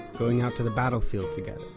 going out to the battlefield together,